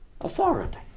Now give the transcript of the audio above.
authority